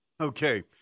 Okay